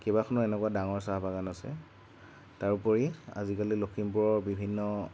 কেইবাখনো এনেকুৱা ডাঙৰ চাহ বাগান আছে তাৰ উপৰি আজিকালি লখিমপুৰৰ বিভিন্ন